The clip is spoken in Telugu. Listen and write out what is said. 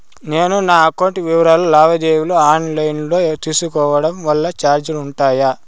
నేను నా అకౌంట్ వివరాలు లావాదేవీలు ఆన్ లైను లో తీసుకోవడం వల్ల చార్జీలు ఉంటాయా?